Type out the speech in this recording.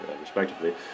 respectively